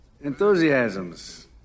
Enthusiasms